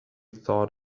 thought